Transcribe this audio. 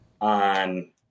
on